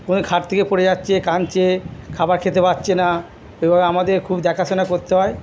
কোনো খাট থেকে পড়ে যাচ্ছে কাঁদছে খাবার খেতে পারছে না এভাবে আমাদের খুব দেখাশোনা করতে হয়